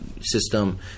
system